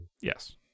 Yes